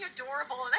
adorable